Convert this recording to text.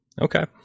okay